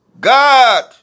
God